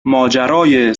ماجرای